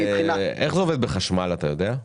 איך זה עובד בחשמל, אתה יודע?